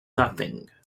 nothing